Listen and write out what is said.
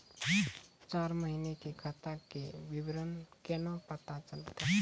चार महिना के खाता के विवरण केना पता चलतै?